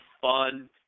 fun